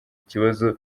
ikibazo